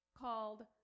called